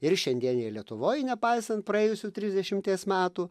ir šiandienėje lietuvoj nepaisant praėjusių trisdešimties metų